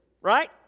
Right